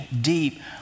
deep